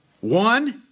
One